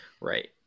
Right